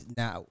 now